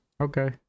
Okay